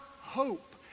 hope